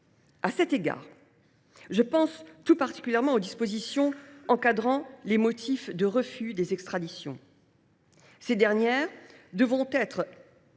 À cet égard, je pense tout particulièrement aux dispositions encadrant les motifs de refus des extraditions. Ces dernières devront